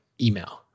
email